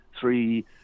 three